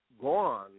gone